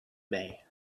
may